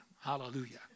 Hallelujah